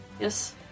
Yes